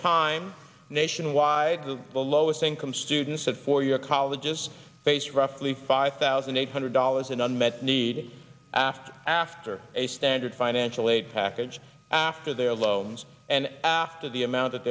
time nationwide the lowest income students at four year colleges face rough lee five thousand eight hundred dollars an unmet need after after a standard financial aid package after their loans and after the amount that